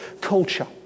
culture